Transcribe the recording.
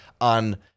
on